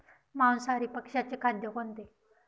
मांसाहारी पक्ष्याचे खाद्य कोणते?